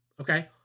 Okay